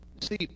See